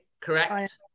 correct